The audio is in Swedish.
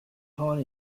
har